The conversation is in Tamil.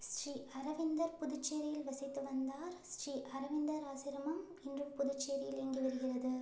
ஸ்ரீ அரவிந்தர் புதுச்சேரியில் வசித்து வந்தார் ஸ்ரீ அரவிந்தர் ஆசிரமம் இன்றும் புதுச்சேரியில் இயங்கி வருகிறது